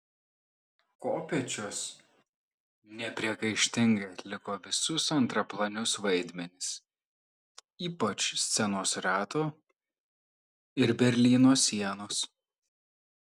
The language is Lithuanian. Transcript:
kopėčios nepriekaištingai atliko visus antraplanius vaidmenis ypač scenos rato ir berlyno sienos